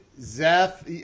Zeph